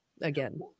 again